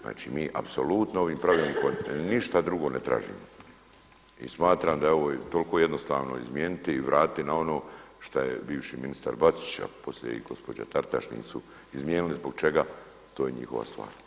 Znači, mi apsolutno ovim pravilnikom ništa drugo ne tražimo i smatram da je ovo toliko jednostavno izmijeniti i vratiti na ono šta je bivši ministar Bačić a poslije i gospođa Taritaš nisu izmijenili, zbog čega to je njihova stvar.